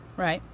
right.